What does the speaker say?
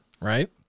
right